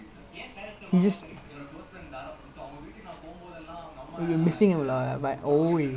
then after that they say is I mean he is a key part of the team lah but